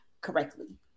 correctly